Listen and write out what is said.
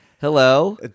Hello